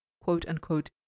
quote-unquote